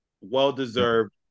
Well-deserved